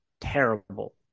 terrible